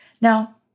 Now